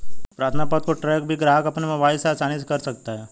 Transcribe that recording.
प्रार्थना पत्र को ट्रैक भी ग्राहक अपने मोबाइल से आसानी से कर सकता है